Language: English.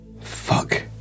Fuck